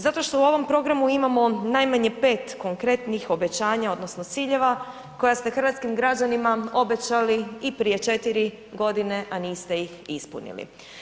Zato što u ovom programu imamo najmanje pet konkretnih obećanja odnosno ciljeva koja ste hrvatskim građanima obećali i prije četiri godine, a niste ih ispunili.